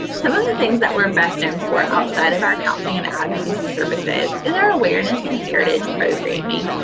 some of the things that we're best known for outside of our counseling and advocacy services is our awareness and heritage programming.